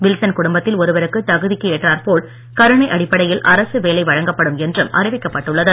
Wilson குடும்பத்தில் ஒருவருக்கு தகுதிக்கு ஏற்றாற் போல் கருணை அடிப்படையில் அரசு வேலை வழங்கப்படும் என்றும் அறிவிக்கப்பட்டு உள்ளது